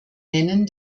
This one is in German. nennen